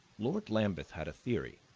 lord lambeth had a theory,